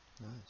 Nice